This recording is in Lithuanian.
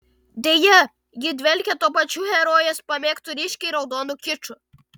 deja ji dvelkia tuo pačiu herojės pamėgtu ryškiai raudonu kiču